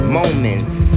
moments